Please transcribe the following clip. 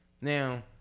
Now